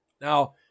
Now